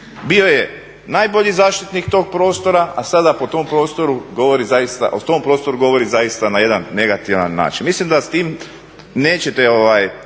Bio je najbolji zaštitnik tog prostora, a sada po tom prostoru govori zaista, o tom prostoru govori zaista na jedan negativan način. Mislim da s tim nećete